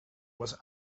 was